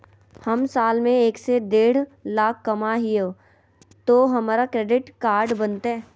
हम साल में एक से देढ लाख कमा हिये तो हमरा क्रेडिट कार्ड बनते?